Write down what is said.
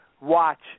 watch